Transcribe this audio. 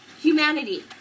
humanity